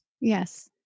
Yes